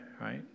right